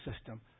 system